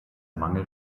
mangel